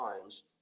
times